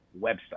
website